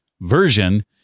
version